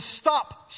stop